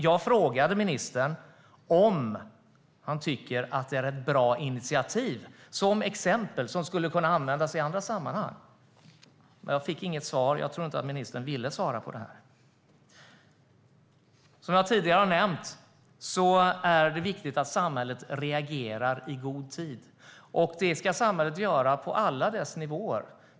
Jag frågade ministern om han tycker att det är ett bra initiativ - som ett exempel som skulle kunna användas i andra sammanhang. Jag fick inget svar. Jag tror inte att ministern ville svara på det. Som jag tidigare har nämnt är det viktigt att samhället reagerar i god tid. Det ska samhället göra på alla nivåer.